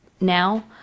now